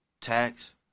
tax